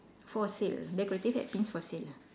for sale decorative hat pins for sale